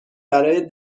برای